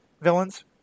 villains